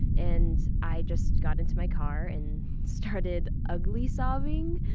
and i just got into my car and started ugly sobbing.